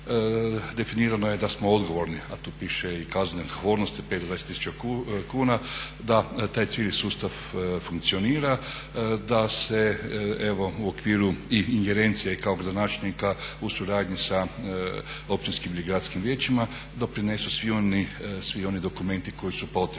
definirano je da smo odgovorni, a tu piše i kaznena odgovornost od 5 do 20 tisuća kuna. Da, taj cijeli sustav funkcionira da se evo u okviru i ingerencije i kao gradonačelnika u suradnji sa općinskim ili gradskim vijećima doprinesu svi oni dokumenti koji su potrebni.